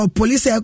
police